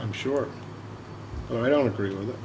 i'm sure i don't agree with